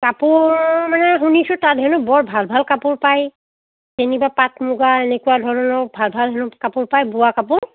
কাপোৰ মানে শুনিছো তাত হেনো বৰ ভাল ভাল কাপোৰ পায় যেনিবা পাট মুগা এনেকুৱা ধৰণৰ ভাল ভাল হেনো কাপোৰ পায় বোৱা কাপোৰ